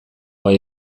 gai